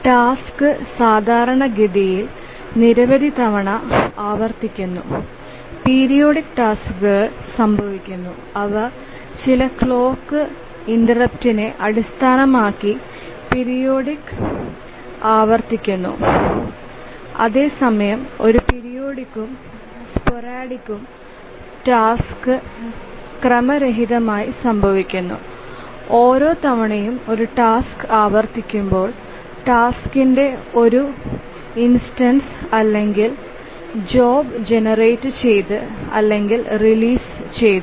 task സാധാരണഗതിയിൽ നിരവധി തവണ ആവർത്തിക്കുന്നു പീരിയോഡിക് ടാസ്ക്കുകൾ സംഭവിക്കുന്നു അവ ചില ക്ലോക്ക് ഇന്ററപ്റ്റിനെ അടിസ്ഥാനമാക്കി പീരിയോഡിക് ആവർത്തിക്കുന്നു അതേസമയം ഒരു പീരിയോഡിക്വും സ്പോറാഡിക് ടാസ്ക് ക്രമരഹിതമായി സംഭവിക്കുന്നു ഓരോ തവണയും ഒരു ടാസ്ക് ആവർത്തിക്കുമ്പോൾ ടാസ്കിന്റെ ഒരു ഇൻസ്റ്റൻസ് അല്ലെങ്കിൽ ജോബ ജനറേറ്റുചെയ്തു അല്ലെങ്കിൽ റിലീസ് ചെയ്തു